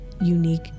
unique